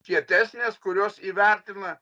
kietesnės kurios įvertina